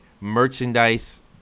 merchandise